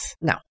No